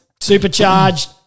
supercharged